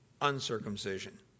uncircumcision